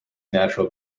natural